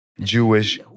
Jewish